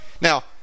Now